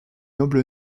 noble